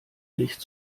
nicht